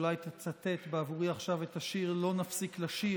אולי תצטט בעבורי עכשיו את השיר "לא נפסיק לשיר",